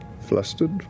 flustered